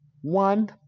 One